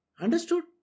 Understood